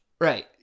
Right